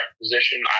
position